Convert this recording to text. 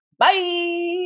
Bye